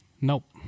Nope